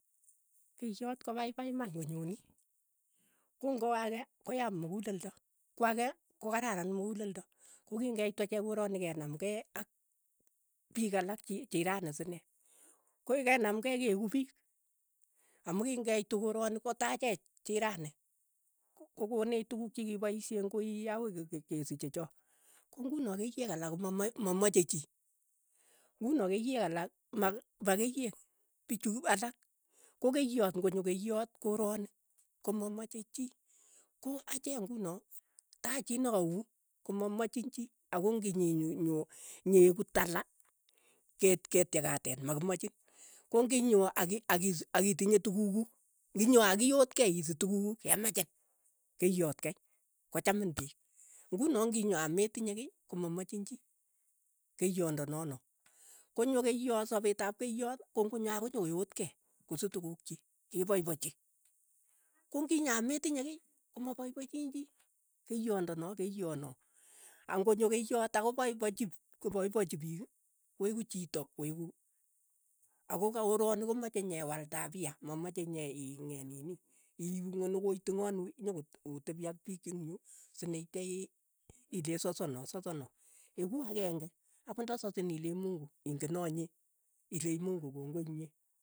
Pichoot kopaipai iman konyoni, ko ng'o akee koya mukuleldo, ko ake kokararan mukuleldo, ko king'eitu achek korani kenam kei ak piik alak, chi- chirani sinee, koikenam kei keeku piik, amu kingeitu korani kotachech chirani, kokenech tukuk chi kikipaishe eng' koi akoi ke- ke- kesiich che- che chook, ko ng'uno keiyeek alak komama mamache chii, ng'uno keiyeek alak, ma- makeiyeek, pichu alak, ko keiyot, ngonyo keiyot korani komamachei chii, ko achek ng'uni, ta chii na kauu, komamachin chii, ako ng'inyiny nyo, nyeeku tala, ke- ketyekaten, ma- mamakimachin, ko ng'inyo aki- aki- akitinye tukuuk kuk. ng'inyo akioot kei isich tukuk kuuk, kemachin, keiyot kei, kochamin piik, ng'uno ng'inyo ametinye kiy, komamachin chii, keiyondono no, konyo keiyoot sapet ap keiyot kong'onyo akonyokoyoot kei, kosich tukuuk chii, kepaipachi, kong'inyo ametinye kiy, komapaipachiin chii, keiyondono, keiyot no, ang'onyo keiyot akopaipachi kopaipachi piik, koeku chito koeku, ako korani komache nyewal tapia, mameche nyeing'et nini, iipu ngo'nokoiting'anu nyokot otepi ak piik eng yu, si neitya ii- ileen soso noo soso no, eku akeng'e akot nda sasin ilechi mungu ingeno inye, ilechi mungi kongoi inyee.